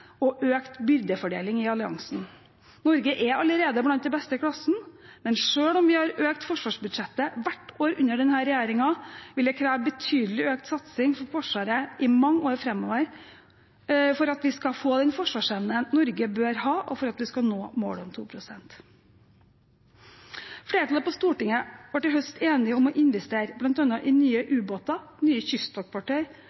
og økt byrdefordeling i alliansen. Norge er allerede blant de beste i klassen, men selv om vi har økt forsvarsbudsjettet hvert år under denne regjeringen, vil det kreve en betydelig økt satsing på Forsvaret i mange år framover for at vi skal få den forsvarsevnen Norge bør ha, og for at vi skal nå målet om 2 pst. Flertallet på Stortinget ble i høst enige om å investere i bl.a. nye